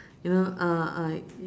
you know uh uh